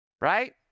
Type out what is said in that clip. right